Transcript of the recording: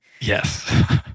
Yes